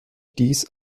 dies